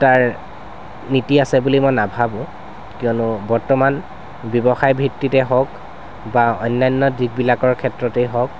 তাৰ নীতি আছে বুলি মই নাভাবো কিয়নো বৰ্তমান ব্যৱসায় ভিত্তিতে হওক বা অন্যান্য দিশবিলাকৰ ক্ষেত্ৰতেই হওক